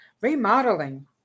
Remodeling